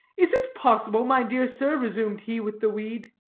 is it possible, my dear sir, resumed he with the weed,